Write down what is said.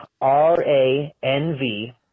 r-a-n-v